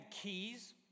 keys